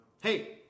Hey